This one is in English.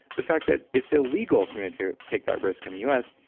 the fact that it's illegal for me to take that risk in the us,